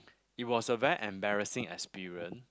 it was a very embarrassing experience